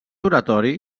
oratori